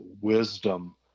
wisdom